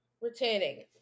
retaining